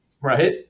Right